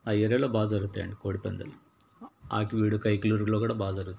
ఆ ఏరియాలో బాగా జరుగుతాయండి కోడి పందాలు ఆకివీడు కైక్లురులో కూడా బాగా జరుగుతాయి